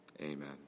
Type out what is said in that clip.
amen